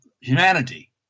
humanity